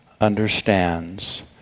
understands